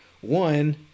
One